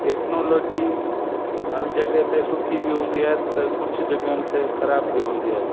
technology हर जॻहि ते सुठी बि हूंदी आहे त कुझु जॻहियुनि ते ख़राब बि हूंदी आहे